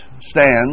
stands